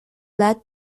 led